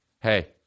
Hey